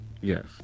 Yes